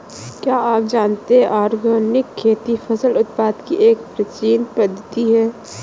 क्या आप जानते है ऑर्गेनिक खेती फसल उत्पादन की एक प्राचीन पद्धति है?